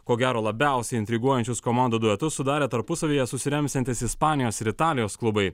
ko gero labiausiai intriguojančius komandų duetus sudarė tarpusavyje susiremsiantys ispanijos ir italijos klubai